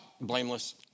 blameless